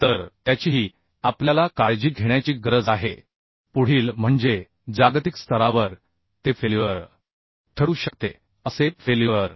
तर त्याचीही आपल्याला काळजी घेण्याची गरज आहे पुढील म्हणजे जागतिक स्तरावर ते फेल्युअर ठरू शकते असे फेल्युअर